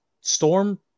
Storm